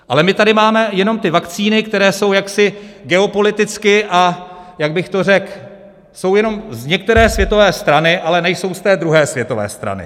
Ale my tady máme jenom ty vakcíny, které jsou jaksi geopoliticky, a jak bych to řekl, jsou jenom z některé světové strany, ale nejsou z té druhé světové strany.